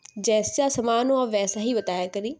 جیسا سامان ہو ویسا ہی بتایا کریں